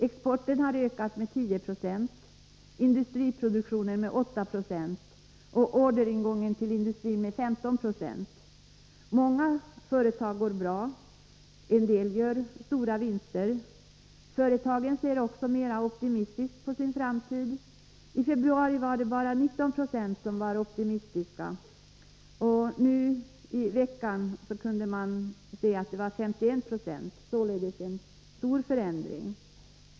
Exporten har ökat med 10 26, industriproduktionen med 8 26 och orderingången till industrin med 15 96. Många företag går bra, en del gör stora vinster. Företagen ser också mera optimistiskt på sin framtid. I februari var det bara 19 96 som var optimistiska, och nu i veckan var det 51 96 — det är således en stor förändring.